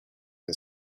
and